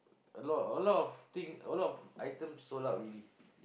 a lot a lot of thing a lot of item sold out already